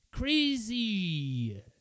Crazy